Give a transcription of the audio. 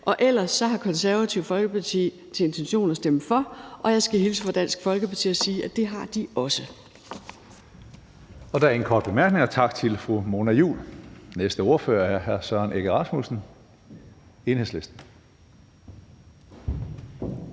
Ellers har Det Konservative Folkeparti som intention at stemme for, og jeg skal hilse fra Dansk Folkeparti og sige, at det har de også. Kl. 13:46 Tredje næstformand (Karsten Hønge): Der er ingen korte bemærkninger. Tak til fru Mona Juul. Næste ordfører er hr. Søren Egge Rasmussen, Enhedslisten.